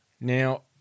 Now